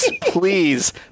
please